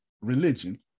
religion